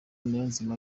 niyonzima